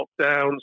lockdowns